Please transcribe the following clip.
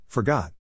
Forgot